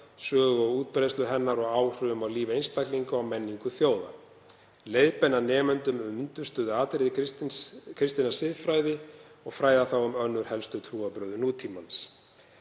sögu og útbreiðslu hennar og áhrifum á líf einstaklinga og menningu þjóða, leiðbeina nemendum um undirstöðuatriði kristinnar siðfræði og fræða þá um önnur helstu trúarbrögð nútímans.“